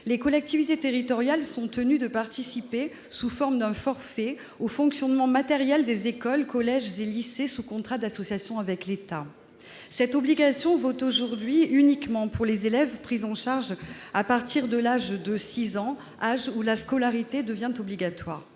les collectivités territoriales sont tenues de participer, sous forme de l'acquittement d'un forfait, au fonctionnement matériel des écoles, des collèges et des lycées sous contrat d'association avec l'État. Cette obligation vaut aujourd'hui uniquement pour les élèves pris en charge à partir de l'âge de six ans, auquel la scolarité devient obligatoire.